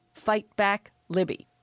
fightbacklibby